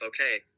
okay